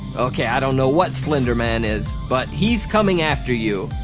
okay i don't know what slender man is, but he's coming after you,